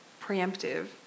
preemptive